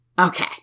Okay